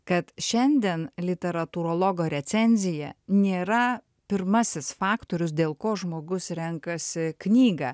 kad šiandien literatūrologo recenziją nėra pirmasis faktorius dėl ko žmogus renkasi knygą